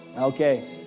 okay